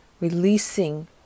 releasing